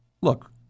Look